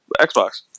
Xbox